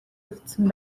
үлдсэн